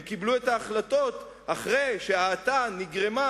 הם קיבלו את ההחלטה אחרי שההאטה נגרמה,